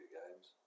games